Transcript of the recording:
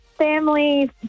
family